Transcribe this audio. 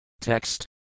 Text